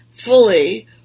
Fully